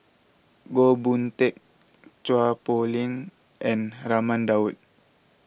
Goh Boon Teck Chua Poh Leng and Raman Daud